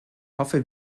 hoffe